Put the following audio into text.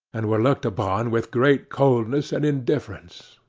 and were looked upon with great coldness and indifference.